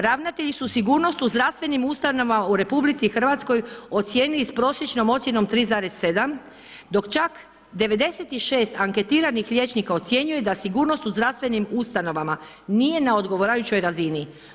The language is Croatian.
Ravnatelji su sigurnost u zdravstvenim ustanovama u RH ocijenili s prosječnom ocjenom 3,7, dok čak 96 anketiranih liječnika ocjenjuje da sigurnost u zdravstvenim ustanovama nije na odgovarajućoj razini.